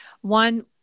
one